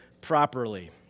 properly